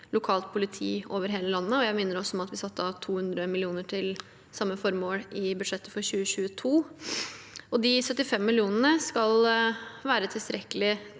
lokalt politi over hele landet. Jeg minner også om at vi satte av 200 mill. kr til samme formål i budsjettet for 2022. De 75 mill. kr skal være tilstrekkelig